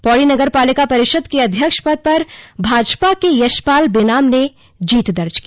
पौड़ी नगरपालिका परिषद के अध्यक्ष पद पर भाजपा के प्रत्याशी यशपाल बेनाम ने जीत दर्ज की